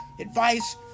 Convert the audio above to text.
advice